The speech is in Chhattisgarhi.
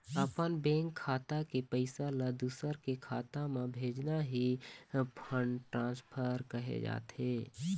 अपन बेंक खाता के पइसा ल दूसर के खाता म भेजना ही फंड ट्रांसफर कहे जाथे